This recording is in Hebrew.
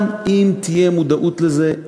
גם אם תהיה מודעות לזה,